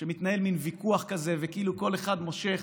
שמתנהל מן ויכוח כזה וכאילו כל אחד מושך,